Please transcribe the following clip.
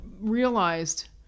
realized